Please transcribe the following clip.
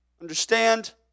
understand